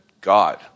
God